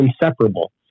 inseparable